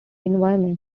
environment